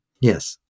Yes